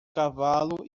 cavalo